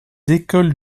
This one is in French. écoles